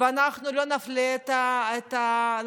אנחנו לא נפלה את הלהט"בים,